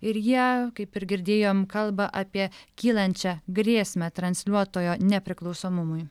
ir jie kaip ir girdėjom kalba apie kylančią grėsmę transliuotojo nepriklausomumui